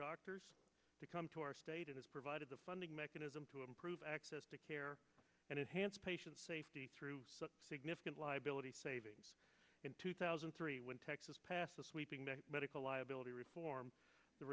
doctors to come to our state it has provided the funding mechanism to improve access to care and enhanced patient safety through significant liability savings in two thousand and three when texas passed a sweeping the medical liability reform the